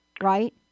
right